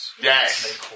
Yes